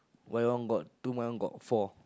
why your one got two my one got four